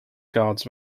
guard’s